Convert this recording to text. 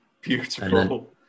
beautiful